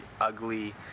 ugly